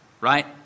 right